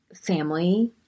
family